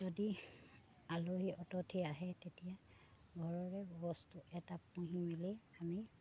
যদি আলহী অতিথি আহে তেতিয়া ঘৰৰে বস্তু এটা পুহি মেলি আমি